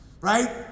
Right